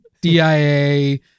DIA